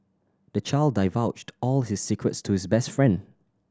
the child divulged all his secrets to his best friend